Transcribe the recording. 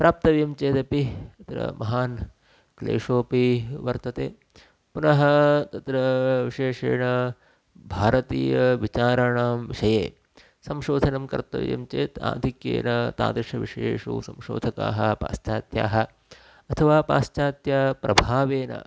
प्राप्तव्यं चेदपि तत्र महान् क्लेशोऽपि वर्तते पुनः तत्र विशेषेण भारतीयविचाराणां विषये संशोधनं कर्तव्यं चेत् आधिक्येन तादृशविषयेषु संशोधकाः पाश्चात्याः अथवा पाश्चात्यप्रभावेन